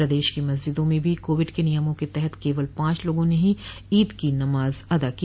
प्रदेश की मस्जिदों में भी कोविड के नियमों के तहत केवल पांच लोगों ने ही ईद की नमाज अदा की